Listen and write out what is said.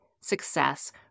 success